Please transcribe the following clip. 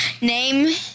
name